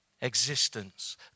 existence